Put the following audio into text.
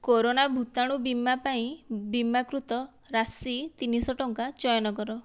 corona ଭୂତାଣୁ ବୀମା ପାଇଁ ବୀମାକୃତ ରାଶି ତିନି ସହ ଟଙ୍କା ଚୟନ କର